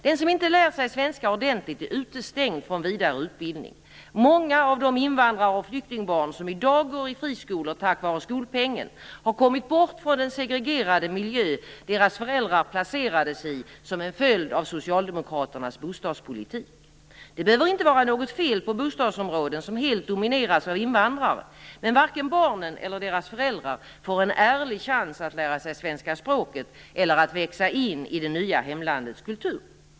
Den som inte lär sig svenska ordentligt är utestängd från vidare utbildning. Många av de invandrar och flyktingbarn som i dag går i friskolor tack vare skolpengen har kommit bort från den segregerade miljö deras föräldrar placerades i som en följd av socialdemokraternas bostadspolitik. Det behöver inte var något fel på bostadsområden som helt domineras av invandrare, men varken barnen eller deras föräldrar får en ärlig chans att lära sig svenska språket eller att växa in i det nya hemlandets kultur.